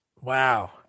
Wow